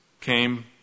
came